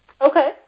Okay